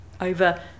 over